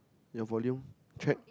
your volume check